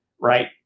right